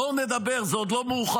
בואו נדבר, זה עוד לא מאוחר.